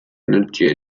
energia